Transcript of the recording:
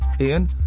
Ian